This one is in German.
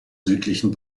südlichen